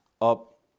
up